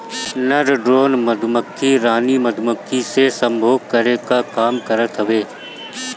नर ड्रोन मधुमक्खी रानी मधुमक्खी से सम्भोग करे कअ काम करत हवे